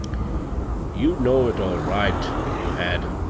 you'd know it all right if you had.